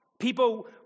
People